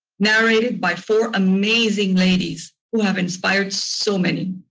narrow rated by four amazing ladies who have inspired so many.